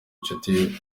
nshuti